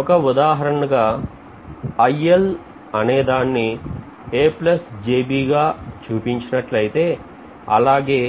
ఒక ఉదాహరణగా గా అనేదాన్ని గా చూపించి నట్లయితే అలాగే